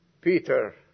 Peter